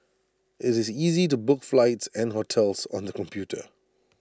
IT is easy to book flights and hotels on the computer